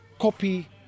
copy